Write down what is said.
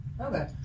Okay